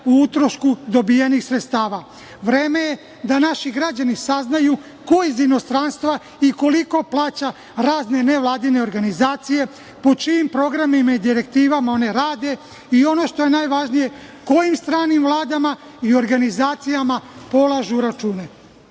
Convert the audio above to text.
u utrošku dobijenih sredstava. Vreme je da naši građani saznaju ko iz inostranstva i koliko plaća razne nevladine organizacije po čijim programima i direktivama one rade i ono što je najvažnije, kojim stranim vladama i organizacijama polažu